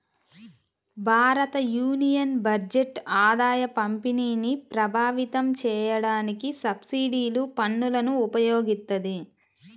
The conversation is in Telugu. భారతయూనియన్ బడ్జెట్ ఆదాయపంపిణీని ప్రభావితం చేయడానికి సబ్సిడీలు, పన్నులను ఉపయోగిత్తది